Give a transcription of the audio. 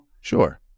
Sure